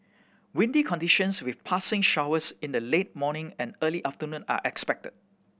windy conditions with passing showers in the late morning and early afternoon are expected